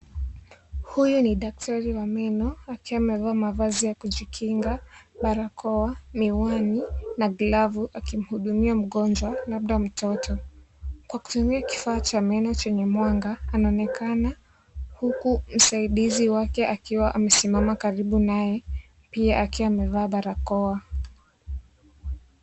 Huyu ni daktari wa meno akiwa amevaa mavazi ya kujikinga, barakoa, miwani na glavu akimhudumia mgonjwa, labda mtoto, kwa kutumia kifaa cha meno chenye mwanga, anaonekana huku msaidizi wake akiwa amesimama karibu naye pia akiwa amevaa barakoa.